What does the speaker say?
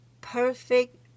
perfect